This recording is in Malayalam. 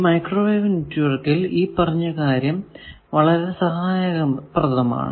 ഈ മൈക്രോവേവ് നെറ്റ്വർക്കിൽ ഈ പറഞ്ഞ കാര്യം വളരെ സഹായപ്രദമാണ്